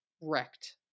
wrecked